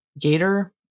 gator